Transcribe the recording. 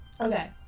Okay